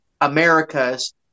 Americas